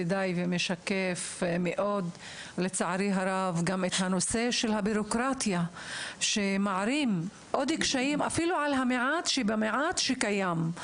הוא משקף מאוד את הבירוקרטיה שמערימה עוד קשיים על המעט שקיים,